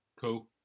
Cool